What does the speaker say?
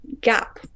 gap